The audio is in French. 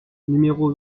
numéro